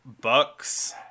Bucks